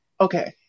okay